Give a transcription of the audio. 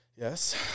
Yes